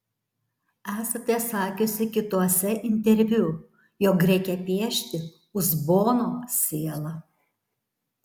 esate sakiusi kituose interviu jog reikia piešti uzbono sielą